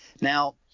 Now